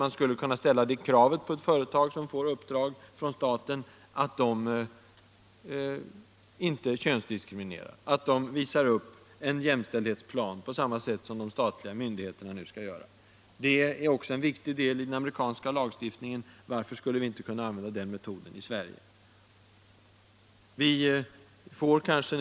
Man skulle kunna ställa det kravet på företag som får uppdrag av staten att de inte könsdiskriminerar utan visar upp en jämställdhetsplan på samma sätt som de statliga myndigheterna nu skall göra. Det är en viktig del Kvinnor i statlig i den amerikanska lagstiftningen. Varför skulle inte vi kunna använda den metoden här i Sverige?